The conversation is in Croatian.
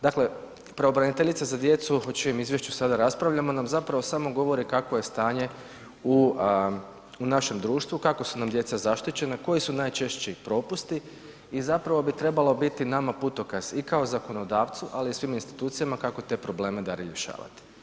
Dakle, pravobraniteljica za djecu, o čijem izvješću sada raspravljamo nam zapravo samo govori kakvo je stanje u našem društvu, kako su nam djeca zaštićena, koji su najčešći propusti i zapravo bi trebalo biti nama putokaz i kao zakonodavcu, ali i svim institucijama kako te probleme dalje rješavati.